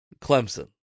Clemson